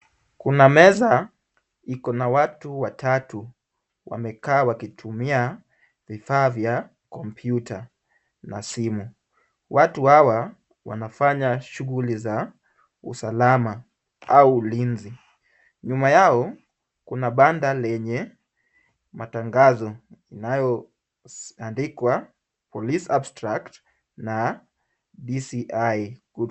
Kuna meza iko na watu watatu. Wamekaa wakitumia vifaa vya kompyuta na simu. Watu hawa wanafanya shughuli za usalama au ulinzi. Nyuma yao kuna banda lenye matangazo inayoandikwa police abstract na DCI.